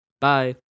Bye